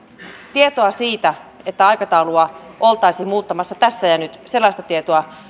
tietoa että aikataulua oltaisiin muuttamassa tässä ja nyt